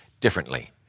differently